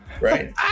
right